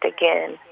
again